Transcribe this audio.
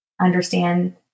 understand